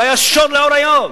זה היה שוד לאור היום.